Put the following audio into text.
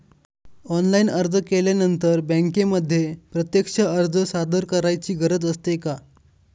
Online अर्ज केल्यानंतर बँकेमध्ये प्रत्यक्ष अर्ज सादर करायची गरज असते का?